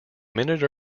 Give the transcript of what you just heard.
minute